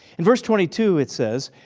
in verse twenty two, it says,